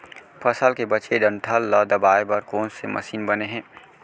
फसल के बचे डंठल ल दबाये बर कोन से मशीन बने हे?